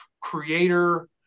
creator